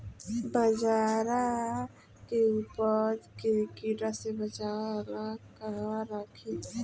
बाजरा के उपज के कीड़ा से बचाव ला कहवा रखीं?